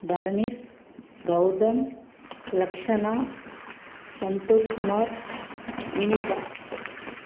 Dharanish Gautham Lakshna Santhosh Kumar Vinitha